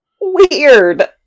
Weird